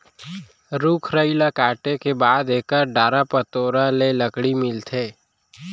रूख राई ल काटे के बाद एकर डारा पतोरा ले लकड़ी मिलथे